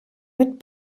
mit